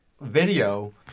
video